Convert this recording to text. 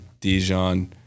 Dijon